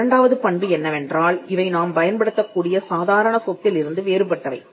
இரண்டாவது பண்பு என்னவென்றால் இவை நாம் பயன்படுத்தக்கூடிய சாதாரண சொத்திலிருந்து வேறுபட்டவை